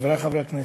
חברי חברי הכנסת,